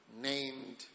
named